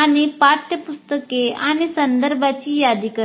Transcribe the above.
आणि पाठ्यपुस्तके आणि संदर्भांची यादी करता